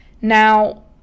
Now